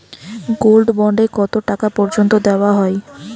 Gold bond এ কতো টাকা পর্যন্ত দেওয়া হয়?